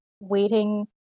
waiting